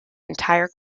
entire